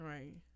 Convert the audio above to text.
Right